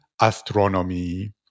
astronomy